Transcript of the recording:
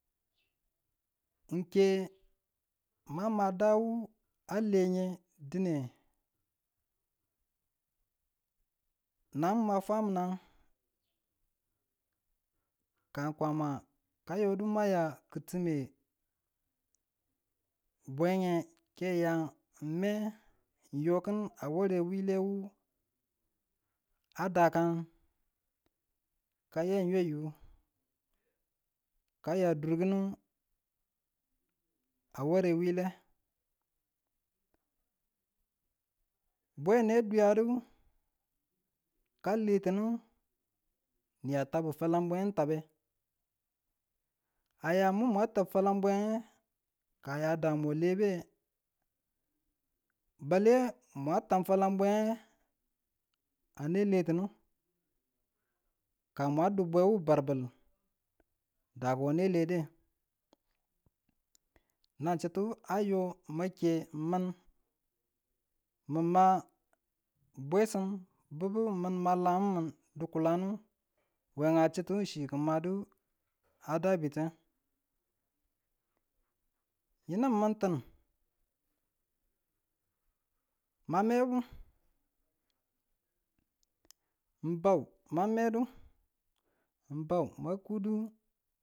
N ke mamma daa wu a lenge dine, kang ma fwaminan, ka n Kwama ka yo du maya ki̱time, bwenge keya n me n yokin a ware wile wu a dakan kan ma yayu kaya durkinu a ware wile, bwe ne duyadu ka letinu miyan tabbu fwaleng bwen tabe a ya mun mwa fwaleng bwenge a ya daa mo lebe, bale mun tab fwaleng bwe ane letinu ka man du bwemo barbil daako ne lede, nan chutuwu ma ke mun min ma bwesim bubu min milan mu di̱kulan we a chi̱tu chi a dabitu yinumun ti̱n ma mebu n bau ma medu n bau ma kudu.